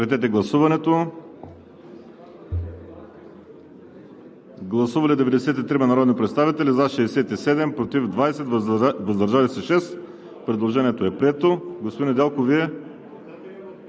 Режим на гласуване. Гласували 93 народни представители: за 67, против 20, въздържали се 6. Предложението е прието. Господин Недялков, Вие?